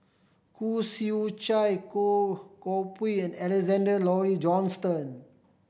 Khoo Swee Chiow Goh Koh Pui and Alexander Laurie Johnston